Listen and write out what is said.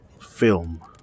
film